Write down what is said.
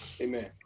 Amen